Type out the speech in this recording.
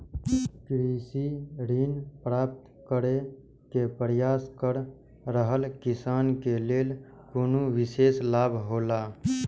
कृषि ऋण प्राप्त करे के प्रयास कर रहल किसान के लेल कुनु विशेष लाभ हौला?